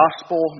gospel